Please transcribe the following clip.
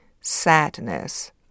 sadness